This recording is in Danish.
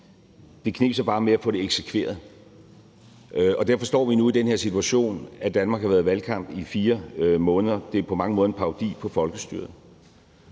Det kneb så bare med at få det eksekveret, og derfor står vi nu i den her situation, at Danmark har været i valgkamp i 4 måneder. Det er på mange måder en parodi på folkestyret.